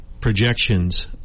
projections